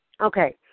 Okay